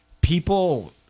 people